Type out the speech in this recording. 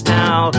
now